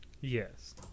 Yes